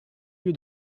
lieu